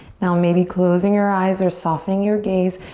now, maybe closing your eyes or softening your gaze,